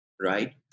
right